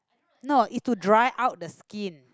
no it's to dry out the skin